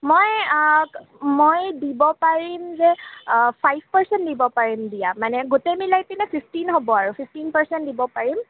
মই মই দিব পাৰিম যে ফাইভ পাৰ্চেন্ট দিব পাৰিম দিয়া মানে গোটে মিলাই পেনে ফিফটিন হ'ব আৰু ফিফটিন পাৰ্চেণ্ট দিব পাৰিম